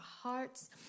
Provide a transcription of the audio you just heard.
hearts